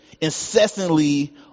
incessantly